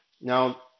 Now